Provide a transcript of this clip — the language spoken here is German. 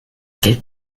geld